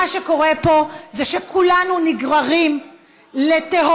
מה שקורה פה זה שכולנו נגררים לתהומות,